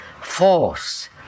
force